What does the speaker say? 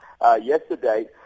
yesterday